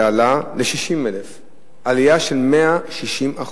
עלייה של 160%,